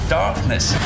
darkness